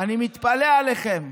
אני מתפלא עליכם.